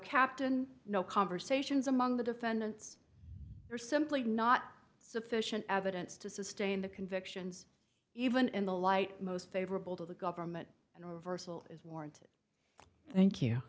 captain no conversations among the defendants are simply not sufficient evidence to sustain the convictions even in the light most favorable to the government and reversal is warranted thank you